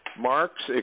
marks